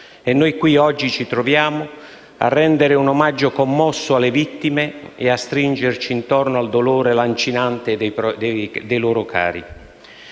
e noi qui, oggi, ci troviamo a rendere un omaggio commosso alle vittime e a stringerci intorno al dolore lancinante dei loro cari.